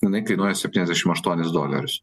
jinai kainuoja septyniasdešim aštuonis dolerius